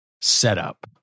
setup